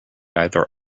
either